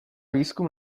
výzkum